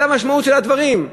זה המשמעות של הדברים.